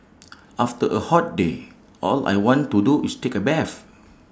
after A hot day all I want to do is take A bath